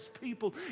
people